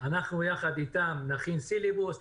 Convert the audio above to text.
אנחנו יחד איתם נכין סילבוס,